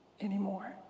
anymore